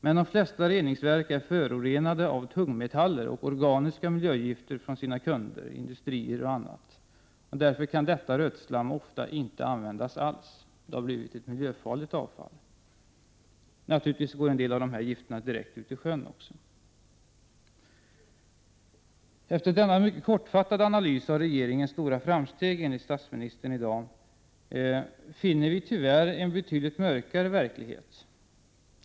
Men de flesta reningsverk är förorenade av tungmetaller och organiska miljögifter från sina kunder, industrier och annat. Därför kan detta rötslam ofta inte användas alls. Det har blivit ett miljöfarligt avfall. Naturligtvis går också en del av dessa gifter direkt ut i sjön. Efter denna mycket kortfattade analys av regeringens stora framsteg, enligt statsministerns anförande i dag, finner vi tyvärr en betydligt mörkare verklighet.